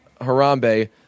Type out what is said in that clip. Harambe